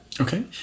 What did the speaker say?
Okay